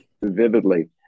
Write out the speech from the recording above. vividly